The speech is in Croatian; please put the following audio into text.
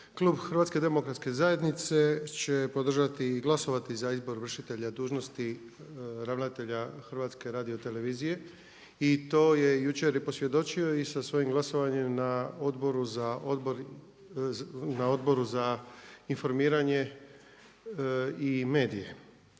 Klub HDZ-a će podržati i glasovati za izbor vršitelja dužnosti ravnatelja HRT-a i to je jučer i posvjedočio i sa svojim glasovanjem na Odboru za informiranje i medije.